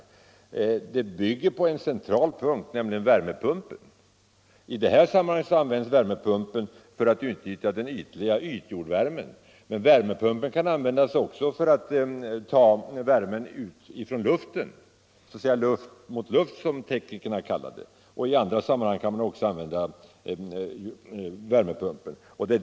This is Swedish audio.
Systemet bygger på en central princip, värmepumpen, som används för att utnyttja ytjordvärmen, men värmepumpen kan användas också för att ta värmen från luften — luft mot luft som teknikerna kallar det. Även i andra sammanhang kan man använda värmepumpen.